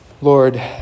Lord